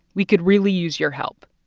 we could really use your help.